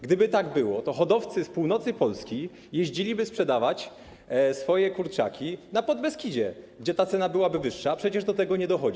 Gdyby tak było, to hodowcy z północy Polski jeździliby sprzedawać swoje kurczaki na Podbeskidzie, gdzie ta cena byłaby wyższa, a przecież do tego nie dochodzi.